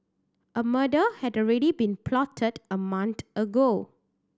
a murder had ready been plotted a mount ago